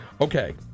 Okay